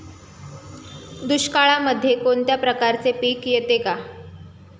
दुष्काळामध्ये कोणत्या प्रकारचे पीक येते का?